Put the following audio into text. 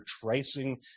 tracing